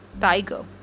tiger